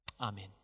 Amen